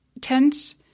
tent